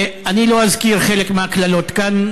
אני לא אזכיר חלק מהקללות כאן,